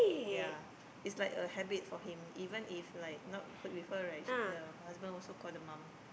ya is like a habit for him even if like not close with her right the husband also call the mom